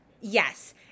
Yes